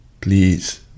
please